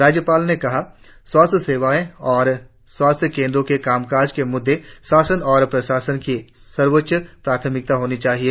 राज्यपाल ने कहा स्वास्थ्य सेवाओं और स्वास्थ्य केंद्रों के काम काज के मुद्दे शासन और प्रशासन की सर्वोच्च प्राथमिकता होनी चाहिए